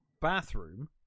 bathroom